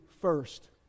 first